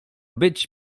być